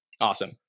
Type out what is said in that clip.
Awesome